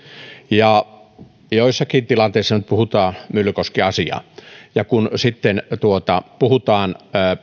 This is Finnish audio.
joissakin tilanteissa nyt puhutaan myllykoski asiaa eli kun puhutaan